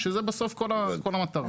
שזה בסוף כל המטרה.